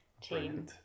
team